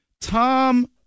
Tom